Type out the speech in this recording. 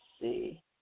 see